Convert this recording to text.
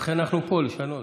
לכן אנחנו פה, לשנות.